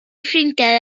ffrindiau